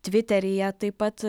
tviteryje taip pat